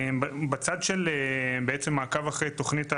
בצד של מעקב אחרי תוכנית העבודה,